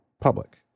public